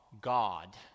God